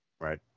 Right